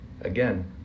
again